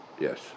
Yes